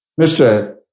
Mr